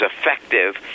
effective